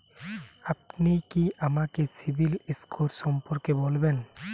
আপনি কি আমাকে সিবিল স্কোর সম্পর্কে বলবেন?